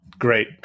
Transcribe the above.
Great